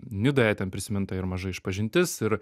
nidoje ten prisiminta ir maža išpažintis ir